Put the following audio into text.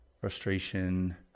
frustration